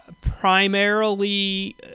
Primarily